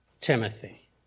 Timothy